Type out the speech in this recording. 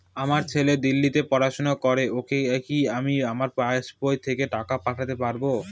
আমার ছেলে দিল্লীতে পড়াশোনা করে ওকে কি আমি আমার পাসবই থেকে টাকা পাঠাতে পারব?